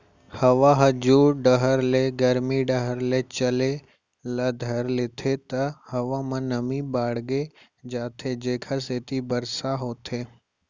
हवा ह जुड़ डहर ले गरमी डहर चले ल धर लेथे त हवा म नमी बाड़गे जाथे जेकर सेती बरसा होथे